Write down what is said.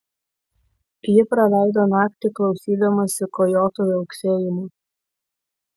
ji praleido naktį klausydamasi kojotų viauksėjimo